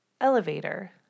elevator